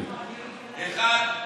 אחד,